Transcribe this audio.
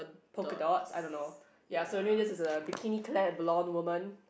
polka dots I don't know ya so it just is bikini clap blown woman